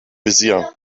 visier